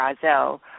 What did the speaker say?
Brazil